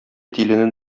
тилене